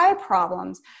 problems